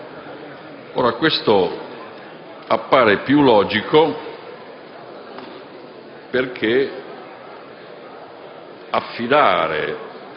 Ora questo appare più logico, perché affidare